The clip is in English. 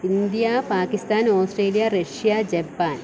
India Pakistan Australia Russia Japan